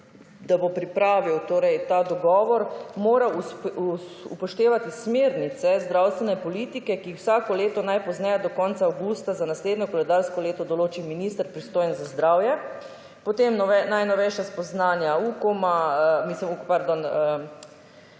da bo pripravil ta dogovor, moral upoštevati smernice zdravstvene politike, ki jih vsako leto najpozneje do konca avgusta za naslednje koledarsko leto določi minister pristojen za zdravje, potem najnovejša spoznanja UKOM-a, pardon,